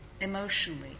emotionally